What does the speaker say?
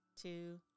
two